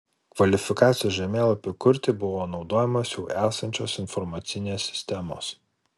kvalifikacijos žemėlapiui kurti buvo naudojamos jau esančios informacinės sistemos